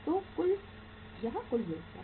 तो यह कुल है